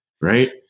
Right